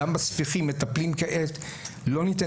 גם בספיחין מטפלים --- לא ניתן,